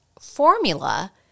formula